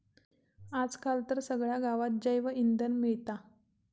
आज काल तर सगळ्या गावात जैवइंधन मिळता